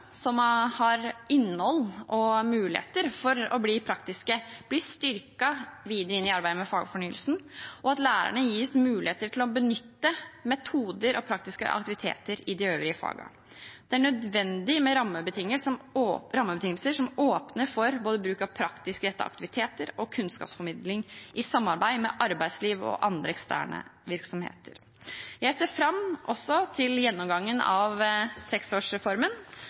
som har innhold og mulighet til å bli praktiske, blir styrket i arbeidet med fagfornyelsen, og at lærerne gis mulighet til å benytte metoder og praktiske aktiviteter i de øvrige fagene. Det er nødvendig med rammebetingelser som åpner for bruk av både praktisk rettede aktiviteter og kunnskapsformidling i samarbeid med arbeidslivet og andre eksterne virksomheter. Jeg ser også fram til gjennomgangen av seksårsreformen.